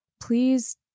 please